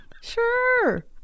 Sure